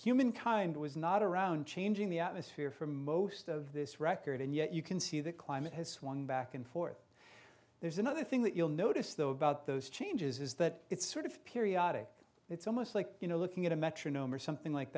humankind was not around changing the atmosphere for most of this record and yet you can see the climate has swung back and forth there's another thing that you'll notice though about those changes is that it's sort of periodic it's almost like you know looking at a metronome or something like